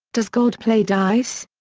does god play dice?